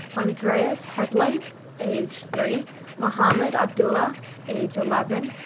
andreas headland age three mohamad abdullah age eleven,